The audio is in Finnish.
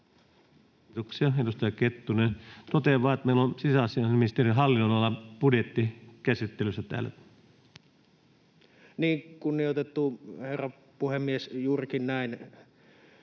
Kiitoksia. — Edustaja Kettunen. — Totean vain, että meillä on sisäasiainministeriön hallinnonalan budjetti käsittelyssä täällä. Kunnioitettu herra puhemies! Juurikin näin.